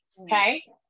okay